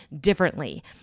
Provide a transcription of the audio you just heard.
differently